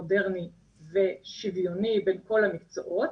מודרני ושוויוני בין כל המקצועות